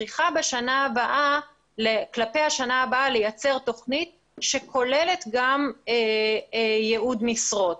צריכה לגבי השנה הבאה לייצר תוכנית שכוללת גם ייעוד משרות.